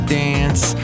dance